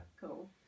Cool